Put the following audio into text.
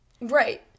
right